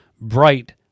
bright